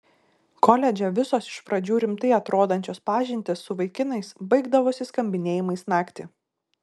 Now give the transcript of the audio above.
koledže visos iš pradžių rimtai atrodančios pažintys su vaikinais baigdavosi skambinėjimais naktį